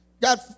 God